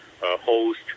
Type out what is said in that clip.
host